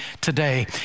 today